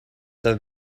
have